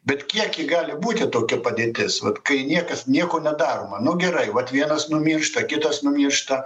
bet kiek ji gali būti tokia padėtis vat kai niekas nieko nedaroma nu gerai vat vienas numiršta kitas numiršta